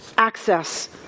access